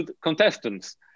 contestants